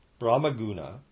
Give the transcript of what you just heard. Brahmaguna